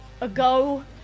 ago